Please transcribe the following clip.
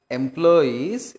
employees